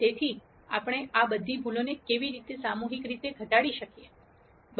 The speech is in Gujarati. તેથી આપણે આ બધી ભૂલોને કેવી રીતે સામૂહિક રીતે ઘટાડીશું